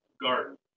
garden